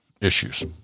issues